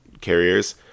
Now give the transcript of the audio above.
carriers